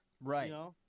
Right